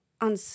on